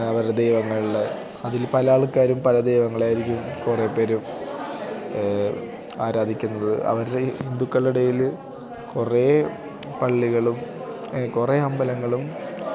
അവരുടെ ദൈവങ്ങളിൽ അതിൽ പല ആൾക്കാരും പല ദൈവങ്ങളായിരിക്കും കുറേപ്പേരും ആരാധിക്കുന്നത് അവരുടെ ഈ ഹിന്ദുക്കളുടെയിടയിൽ കുറേ പള്ളികളും കുറേ അമ്പലങ്ങളും